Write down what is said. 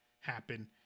happen